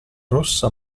rossa